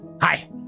Hi